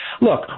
Look